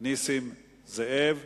נסים זאב,